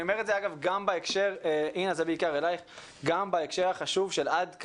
אני אומר את זה גם בהקשר החשוב של כמה